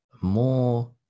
more